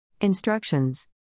Instructions